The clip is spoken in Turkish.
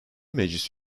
meclis